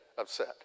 upset